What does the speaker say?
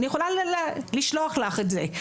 אני יכולה לשלוח לך את זה,